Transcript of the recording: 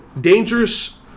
dangerous